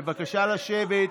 בבקשה לשבת.